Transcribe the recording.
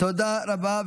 תודה רבה.